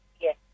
Yes